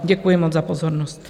Děkuji moc za pozornost.